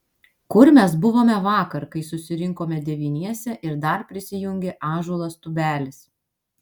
kur mes buvome vakar kai susirinkome devyniese ir dar prisijungė ąžuolas tubelis